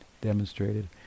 demonstrated